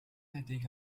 لديك